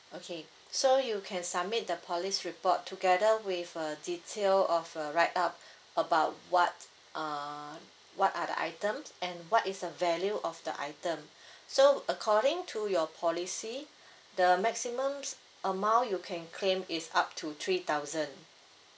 okay so you can submit the police report together with a detail of uh write up about what uh what are the items and what is the value of the item so according to your policy the maximum amount you can claim is up to three thousand